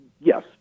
yes